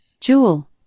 Jewel